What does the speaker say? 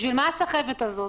בשביל מה הסחבת הזאת?